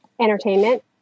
entertainment